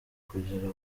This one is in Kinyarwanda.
kugera